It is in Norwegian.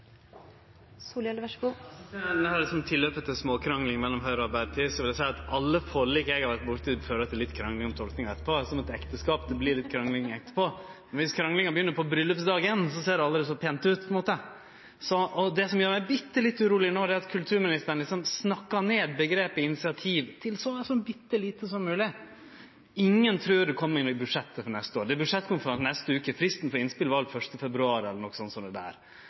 tilløpet til småkrangling mellom Høgre og Arbeidarpartiet vil eg seie at alle forlik eg har vore borti, fører til litt krangling om tolkinga etterpå – som i eit ekteskap vert det litt krangling etterpå. Dersom kranglinga begynner på bryllaupsdagen, ser det aldri så pent ut på ein måte. Og det som gjer meg bitte lite grann uroleg no, er at kulturministeren snakkar ned omgrepet «initiativ» til så bitte lite som mogleg. Ingen trur det kjem inn i budsjettet for neste år. Det er budsjettkonferanse neste veke, og fristen for innspel var 1. februar eller noko sånt. Men eg tolkar ikkje ordet «initiativ» som